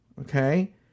okay